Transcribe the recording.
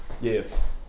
Yes